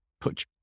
put